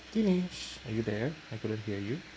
Dinesh are you there I couldn't hear you